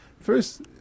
First